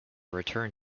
returned